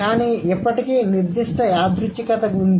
కానీ ఇప్పటికీ నిర్దిష్ట యాదృచ్ఛికత ఉంది